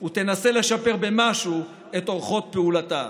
ותנסה לשפר במשהו את אורחות פעולתה.